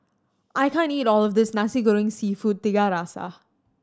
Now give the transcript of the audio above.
I can't eat all of this Nasi Goreng Seafood Tiga Rasa